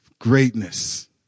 greatness